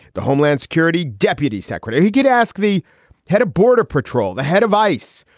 the homeland security deputy secretary. he did ask the head of border patrol, the head of ice,